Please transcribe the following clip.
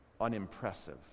unimpressive